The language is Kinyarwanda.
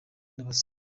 n’abasore